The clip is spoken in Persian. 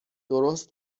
درست